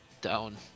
down